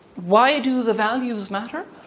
why do the values matter?